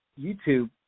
YouTube